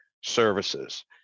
services